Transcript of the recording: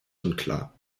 unklar